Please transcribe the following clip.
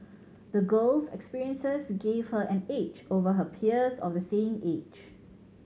the girl's experiences gave her an edge over her peers of the same age